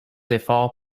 efforts